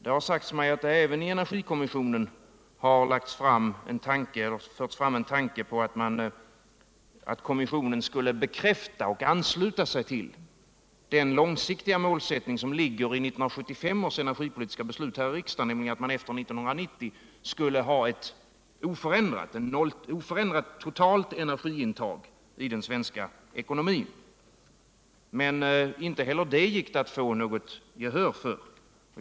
Det har sagts mig att det i energikommissionen även har förts fram en tanke på att kommissionen skulle bekräfta och ansluta sig till den långsiktiga målsättning som 1975 års energipolitiska beslut här i riksdagen innebär. nämligen att man efter 1990 skulle ha ett oförändrat totalt energiuttag i den svenska ekonomin. Men inte heller det gick det att få nägot gehör för.